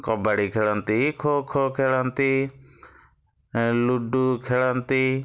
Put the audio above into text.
କବାଡ଼ି ଖେଳନ୍ତି ଖୋ ଖୋ ଖେଳନ୍ତି ଲୁଡ଼ୁ ଖେଳନ୍ତି